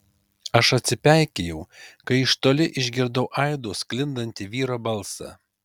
atsipeikėjau kai iš toli išgirdau aidu sklindantį vyro balsą